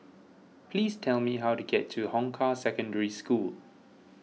please tell me how to get to Hong Kah Secondary School